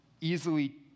easily